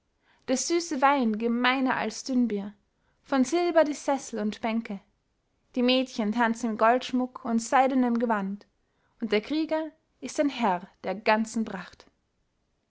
der süße wein gemeiner als dünnbier von silber die sessel und bänke die mädchen tanzen im goldschmuck und seidenem gewand und der krieger ist ein herr der ganzen pracht